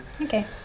Okay